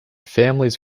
families